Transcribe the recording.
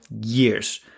years